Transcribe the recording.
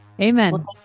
Amen